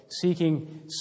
seeking